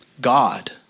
God